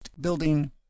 building